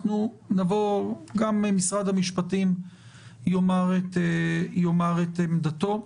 גם משרד המשפטים יאמר את עמדתו.